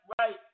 right